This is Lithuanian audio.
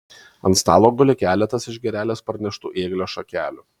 ant stalo guli keletas iš girelės parneštų ėglio šakelių